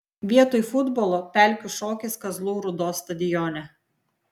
vietoj futbolo pelkių šokis kazlų rūdos stadione